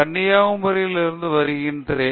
கன்னியாகுமரியில் இருந்து வருகிறேன்